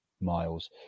miles